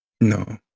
no